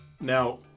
Now